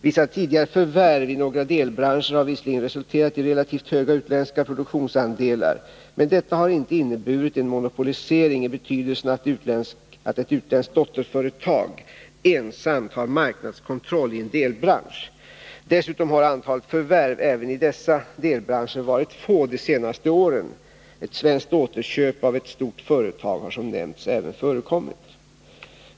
Vissa tidigare förvärv i några delbranscher har visserligen resulterat i relativt höga utländska produktionsandelar, men detta har inte inneburit en monopolisering i betydelsen att ett utländskt dotterföretag ensamt har marknadskontroll i en delbransch. Dessutom har antalet förvärv även i dessa delbranscher varit litet de senaste åren. Ett svenskt återköp av ett stort företag har som nämnts även förekommit.